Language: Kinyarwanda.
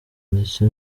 ndetse